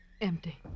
Empty